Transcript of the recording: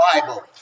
Bible